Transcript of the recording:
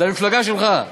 זה המפלגה שלך.